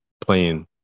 playing